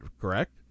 correct